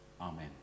Amen